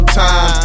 time